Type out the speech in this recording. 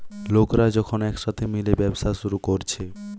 লোকরা যখন একসাথে মিলে ব্যবসা শুরু কোরছে